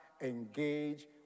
engage